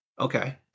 okay